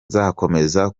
nzakomeza